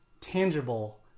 tangible